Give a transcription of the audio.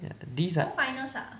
ya these are